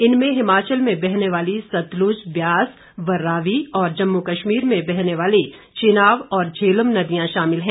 इनमें हिमाचल में बहने वाली सतलुज ब्यास व रावी और जम्मू कश्मीर में बहने वाली चिनाब और झेलम नदियां शामिल हैं